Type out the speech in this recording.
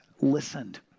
listened